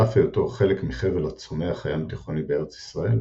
על אף היותו חלק מחבל הצומח הים-תיכוני בארץ ישראל,